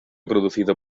producido